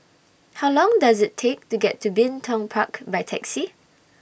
How Long Does IT Take to get to Bin Tong Park By Taxi